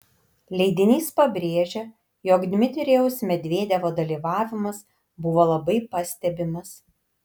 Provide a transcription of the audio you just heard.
leidinys pabrėžia jog dmitrijaus medvedevo dalyvavimas buvo labai pastebimas